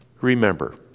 remember